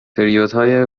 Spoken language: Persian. پریودهای